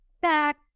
back